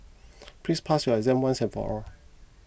please pass your exam once and for all